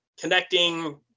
connecting